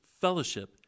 fellowship